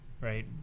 right